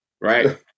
right